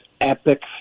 epic